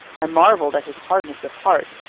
i marvelled at his hardness of heart,